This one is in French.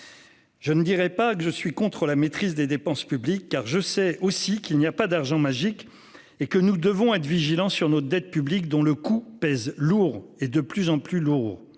Je ne dirais pas que je suis contre la maîtrise des dépenses publiques car je sais aussi qu'il n'y a pas d'argent magique et que nous devons être vigilants sur nos dettes publiques dont le coût pèse lourd et de plus en plus lourd.